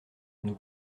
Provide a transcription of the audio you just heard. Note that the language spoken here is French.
nous